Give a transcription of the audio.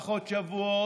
פחות שבוע,